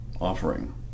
offering